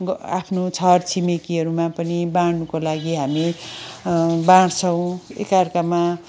आफ्नो छर छिमेकीहरूमा बाड्नुको लागि हामी बाड्छौँ एकार्कामा